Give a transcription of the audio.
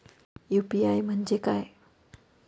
UPI म्हणजे काय?